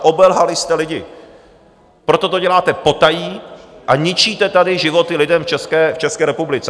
Obelhali jste lidi, proto to děláte potají a ničíte tady životy lidem v České republice.